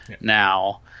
now